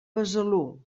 besalú